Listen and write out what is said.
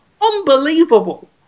unbelievable